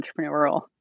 entrepreneurial